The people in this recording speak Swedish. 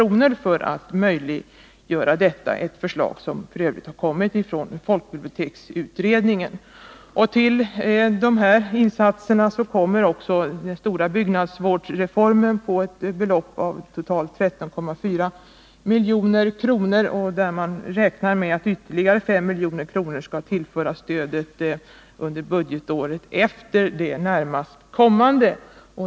förs över för att möjliggöra detta — f. ö. ett förslag som kommer från folkbiblioteksutredningen. Till dessa insatser kommer också den stora byggnadsvårdsreformen med ett belopp på totalt 13,4 milj.kr. Det är att räkna med att ytterligare 5 milj.kr. skall tillföras detta stöd under budgetåret efter det närmast kommande.